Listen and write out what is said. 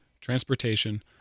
transportation